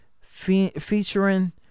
featuring